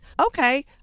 okay